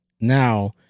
Now